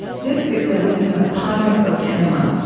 this is the wisdom of padraig o tuama,